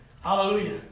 hallelujah